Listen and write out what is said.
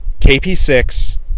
KP6